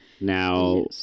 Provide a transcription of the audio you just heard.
Now